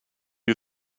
you